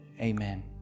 amen